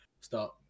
start